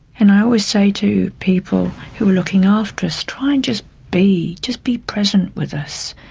and i always say to people who are looking after us, try and just be, just be present with us,